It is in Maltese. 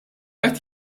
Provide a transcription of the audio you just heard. qed